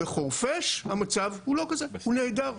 בחורפיש המצב הוא לא כזה, הוא נהדר.